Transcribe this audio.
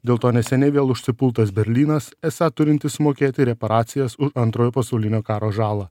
dėl to neseniai vėl užsipultas berlynas esą turintis mokėti reparacijas u antrojo pasaulinio karo žalą